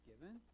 given